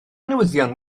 newyddion